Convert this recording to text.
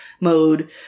mode